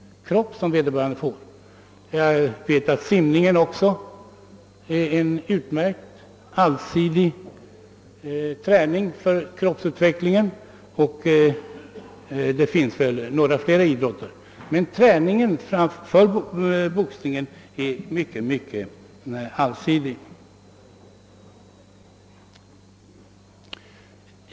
Jag vet att simningen också medför en utmärkt allsidig träning för kroppsutvecklingen, och det finns väl några fler idrotter med samma verkan. Men träningen för boxning är som sagt mycket allsidig.